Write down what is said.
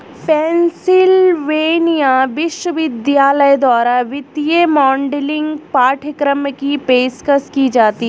Pennsylvania विश्वविद्यालय द्वारा वित्तीय मॉडलिंग पाठ्यक्रम की पेशकश की जाती हैं